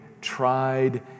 tried